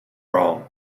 wrong